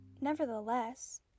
Nevertheless